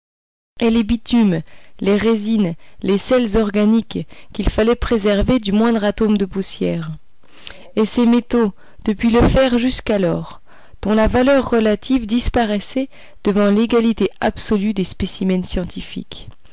et les bitumes les résines les sels organiques qu'il fallait préserver du moindre atome de poussière et ces métaux depuis le fer jusqu'à l'or dont la valeur relative disparaissait devant l'égalité absolue des spécimens scientifiques